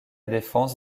défense